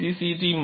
நாங்கள் C